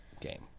game